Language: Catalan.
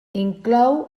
inclou